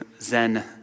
Zen